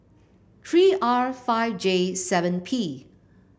three R five J seven P